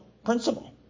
principle